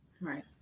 Right